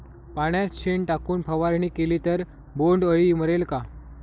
पाण्यात शेण टाकून फवारणी केली तर बोंडअळी मरेल का?